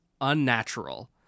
unnatural